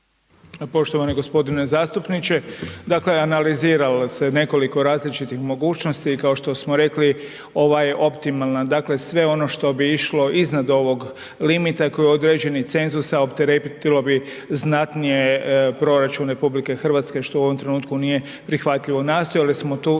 Poštovani g. zastupniče. Dakle, analiziralo se nekoliko različitih mogućnosti. Kao što smo rekli, ovaj je optimalan, dakle sve ono što bi išlo iznad ovog limita koji je određeni cenzus, opteretilo bi znatnije proračun RH što u ovom trenutku nije prihvatljivo. Nastojali smo tu